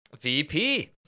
VP